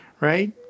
right